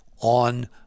on